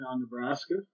Nebraska